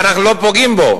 אנחנו לא פוגעים בו.